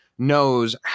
knows